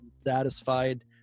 satisfied